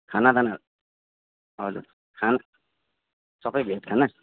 खानादाना हजुर खाना सबै भेज खाना